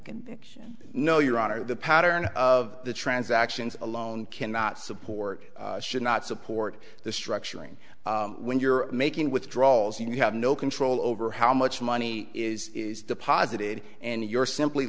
conviction no your honor the pattern of the transactions alone cannot support should not support the structuring when you're making withdrawals you have no control over how much money is deposited and you're simply